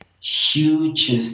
huge